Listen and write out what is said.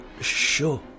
sure